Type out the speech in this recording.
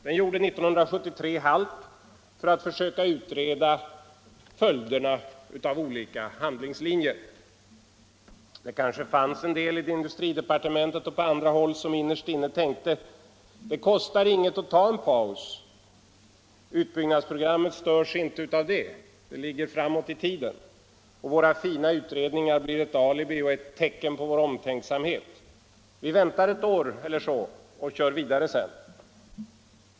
Den gjorde 1973 hålt för att försöka utreda följderna av olika handlingslinjer. Det kanske fanns en del i industridepartementet och på andra håll som innerst inne tänkte: Det kostar oss inget att ta en liten paus. Utbyggnadsprogrammet störs inte av det; det ligger framåt i tiden. Våra fina utredningar blir ett alibi och ett tecken på vår omtänksamhet. Vi väntar ett år eller så och kör sedan vidare igen.